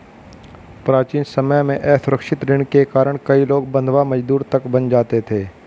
प्राचीन समय में असुरक्षित ऋण के कारण कई लोग बंधवा मजदूर तक बन जाते थे